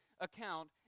account